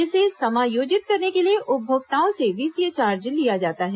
इसे समायोजित करने के लिए उपभोक्ताओं से वीसीए चार्ज लिया जाता है